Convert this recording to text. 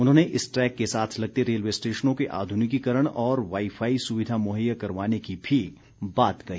उन्होंने इस ट्रैक के साथ लगते रेलवे स्टेशनों के आधुनिकीकरण और वाई फाई सुविधा मुहैया करवाने की भी बात कही